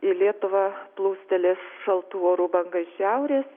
į lietuvą plūstelės šaltų orų banga šiaurės